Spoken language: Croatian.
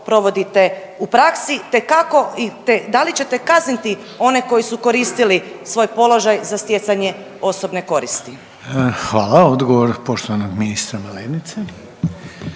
u praksi te kako, da li ćete kazniti one koji su koristili svoj položaj za stjecanje osobne koristi. **Reiner, Željko (HDZ)** Hvala. Odgovor poštovanog ministra Malenice.